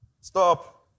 Stop